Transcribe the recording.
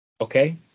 Okay